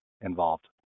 involved